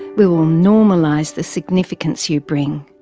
we will normalise the significance you bring,